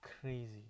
crazy